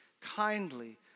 kindly